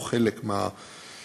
והוא חלק מהתהליך.